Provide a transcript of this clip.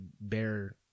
bear